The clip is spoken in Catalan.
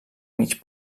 mig